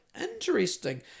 interesting